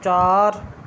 चार